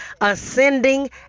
ascending